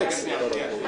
אני הצעתי את זה.